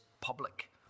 public